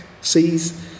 seas